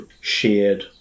shared